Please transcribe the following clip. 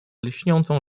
lśniącą